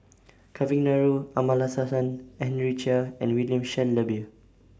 Kavignareru Amallathasan Henry Chia and William Shellabear